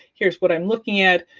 here's what i'm looking at,